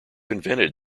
invented